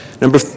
Number